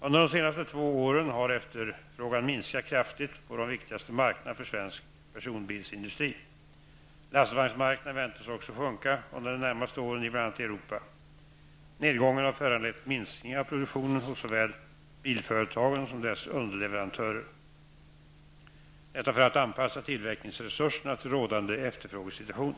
Under de senaste två åren har efterfrågan minskat kraftigt på de viktigaste marknaderna för svensk personbilsindustri. Lastvagnsmarknaden väntas också sjunka under de närmaste åren i bl.a. Nedgången har föranlett minskningar av produktionen hos såväl bilföretagen som dess underleverantörer, detta för att anpassa tillverkningsresurserna till rådande efterfrågesituation.